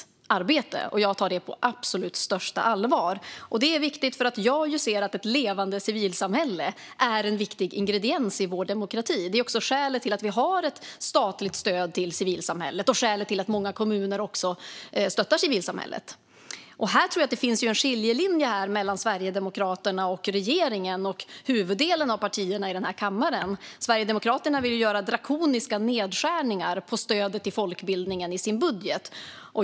Jag tar det på absolut största allvar. Jag ser nämligen att ett levande civilsamhälle är en viktig ingrediens i vår demokrati. Det är också skälet till att vi har ett statligt stöd till civilsamhället och skälet till att många kommuner stöttar civilsamhället. Här tror jag att det finns en skiljelinje mellan å ena sidan Sverigedemokraterna och å andra sidan regeringen och huvuddelen av partierna i den här kammaren. Sverigedemokraterna vill göra drakoniska nedskärningar på stödet till folkbildningen i sin budget.